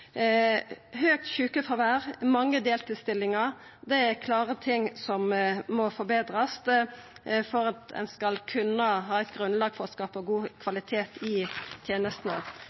Høgt sjukefråvære og mange deltidsstillingar er klart noko som må betrast for at ein skal kunna ha grunnlag for å skapa god kvalitet i tenestene.